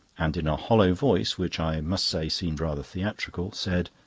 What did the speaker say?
and in a hollow voice, which i must say seemed rather theatrical, said